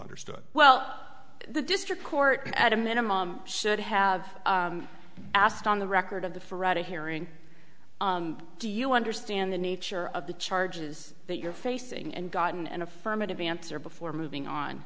understood well the district court at a minimum should have asked on the record of the ferretti hearing do you understand the nature of the charges that you're facing and gotten an affirmative answer before moving on